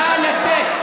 נא לצאת.